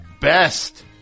BEST